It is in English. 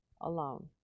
alone